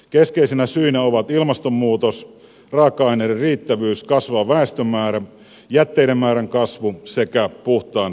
keskeisinä syinä ovat ilmastonmuutos raaka aineiden riittävyys kasvava väestömäärä jätteiden määrän kasvu sekä puhtaan veden riittävyys